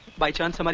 by chance. um but